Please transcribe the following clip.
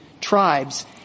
tribes